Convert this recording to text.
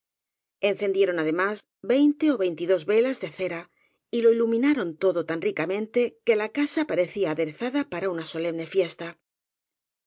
encendieron además veinte ó veintidós velas de cera y lo iluminaron todo tan ricamente que la casa parecía aderezada para una solemne fiesta